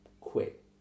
quit